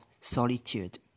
solitude